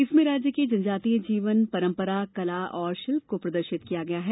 इसमें राज्य के जनजातीय जीवन परंपरा कला और शिल्प को प्रदर्शित किया गया है